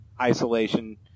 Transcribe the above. isolation